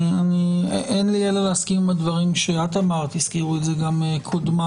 אין לי אלא להסכים עם דבריך ועם קודמיך.